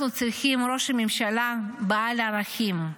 אנחנו צריכים ראש ממשלה בעל ערכים,